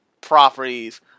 properties